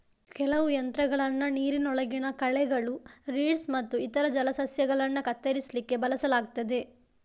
ಕೆಲವು ಯಂತ್ರಗಳನ್ನ ನೀರಿನೊಳಗಿನ ಕಳೆಗಳು, ರೀಡ್ಸ್ ಮತ್ತು ಇತರ ಜಲಸಸ್ಯಗಳನ್ನ ಕತ್ತರಿಸ್ಲಿಕ್ಕೆ ಬಳಸಲಾಗ್ತದೆ